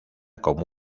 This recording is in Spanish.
como